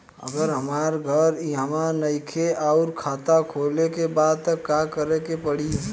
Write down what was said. अगर हमार घर इहवा नईखे आउर खाता खोले के बा त का करे के पड़ी?